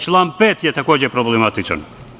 Član 5. je takođe problematičan.